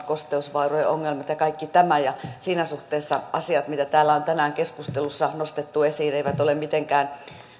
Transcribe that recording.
kosteusvaurio ongelmat ja kaikki tämä ja siinä suhteessa asiat mitkä täällä on tänään keskustelussa nostettu esiin eivät ole mitenkään